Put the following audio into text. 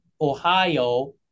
Ohio